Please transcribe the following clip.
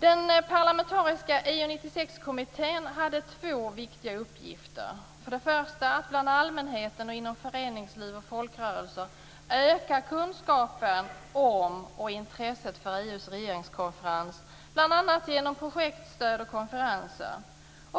Den parlamentariska EU 96-kommittén hade två viktiga uppgifter. För det första skulle den bland allmänheten och inom föreningsliv och folkrörelser öka kunskapen om och intresset för EU:s regeringskonferens, bl.a. genom projektstöd och konferenser.